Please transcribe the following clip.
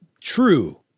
true